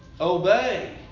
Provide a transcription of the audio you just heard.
obey